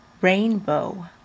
rainbow